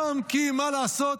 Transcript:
כי מה לעשות?